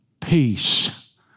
Peace